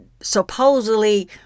supposedly